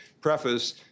preface